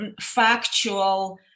factual